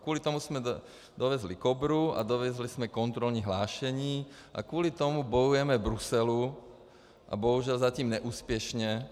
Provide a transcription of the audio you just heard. Kvůli tomu jsme dovezli Kobru a dovezli jsme kontrolní hlášení a kvůli tomu bojujeme v Bruselu, bohužel zatím neúspěšně.